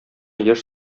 яшь